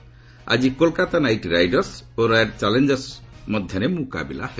ଆଜି Kolkata knight riders ଓ royal challengers ମଧ୍ୟରେ ମୁକାବିଲା ହେବ